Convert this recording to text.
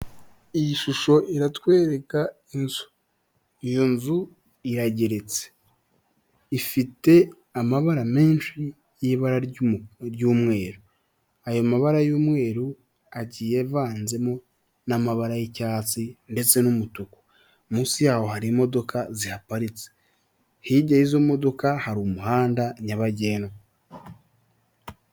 Iyi shusho iratwereka inzu, iyo nzu irageretse ifite amabara menshi y'ibara' ry'umweru, ayo mabara y'umweru agiye avanzemo n'amabara y'icyatsi ndetse n'umutuku, munsi yaho hari imodoka zihaparitse hirya y'izo modoka hari umuhanda nyabagendwa.